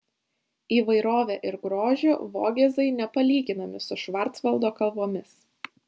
įvairove ir grožiu vogėzai nepalyginami su švarcvaldo kalvomis